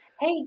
Hey